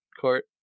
court